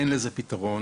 אין לזה פתרון.